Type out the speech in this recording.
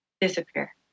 disappear